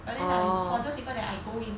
but then I for those people that I go with